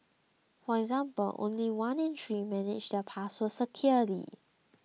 for example only one in three manage their passwords securely